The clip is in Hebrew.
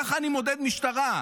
ככה אני מודד משטרה,